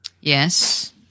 yes